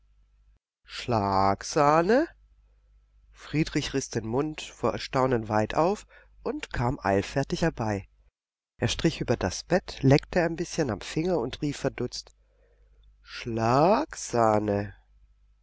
schlagsahne schlaaagsahne friedrich riß den mund vor erstaunen weit auf und kam eilfertig herbei er strich auch über das bett leckte ein bißchen am finger und rief verdutzt schlagsahne